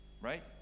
right